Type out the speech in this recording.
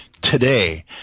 today